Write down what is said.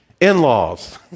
in-laws